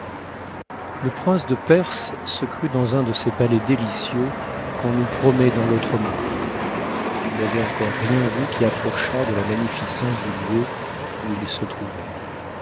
le prince de perse se crut dans un de ces palais délicieux qu'on nous promet dans l'autre monde it n'avait encore rien vu qui approchât de la magnificence du lieu où il se trouvait